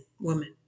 woman